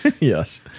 Yes